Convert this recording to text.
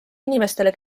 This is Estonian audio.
inimestele